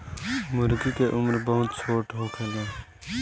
मूर्गी के उम्र बहुत छोट होखेला